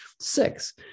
six